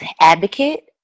advocate